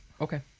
Okay